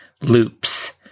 loops